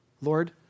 Lord